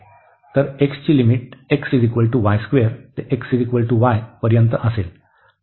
तर x ची limit x ते x y पर्यंत असेल